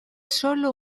solo